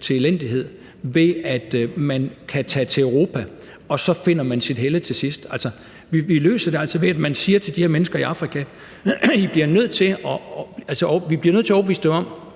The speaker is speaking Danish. til elendighed ved, at man kan tage til Europa og så finde sit helle til sidst. Vi bliver nødt til at overbevise de her mennesker i Afrika om, at det er lokalt, vi skal hjælpe dem, og